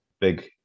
Big